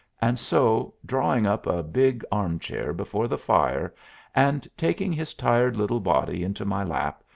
and so, drawing up a big arm-chair before the fire and taking his tired little body into my lap,